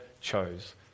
chose